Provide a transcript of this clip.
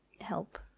Help